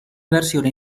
versione